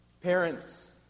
Parents